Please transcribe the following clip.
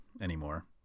anymore